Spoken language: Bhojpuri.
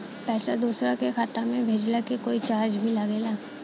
पैसा दोसरा के खाता मे भेजला के कोई चार्ज भी लागेला?